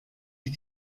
die